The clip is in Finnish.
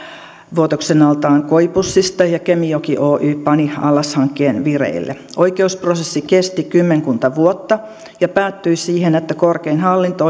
vuotoksen altaan koipussista ja kemijoki oy pani allashankkeen vireille oikeusprosessi kesti kymmenkunta vuotta ja päättyi siihen että korkein hallinto